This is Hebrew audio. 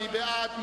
מי בעד?